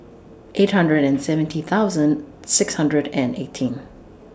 eight hundred and seventy thousand six hundred and eighteen